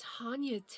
Tanya